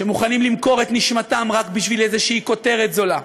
שמוכנים למכור את נשמתם רק בשביל איזושהי כותרת זולה,